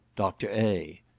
dr. a.